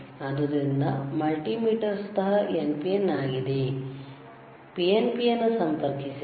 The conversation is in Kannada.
ಆದ್ದರಿಂದ ಮಲ್ಟಿಮೀಟರ್ ಸ್ವತಃ NPN ಆಗಿದೆ PNP ನ್ನು ಸಂಪರ್ಕಿಸಿದರೆ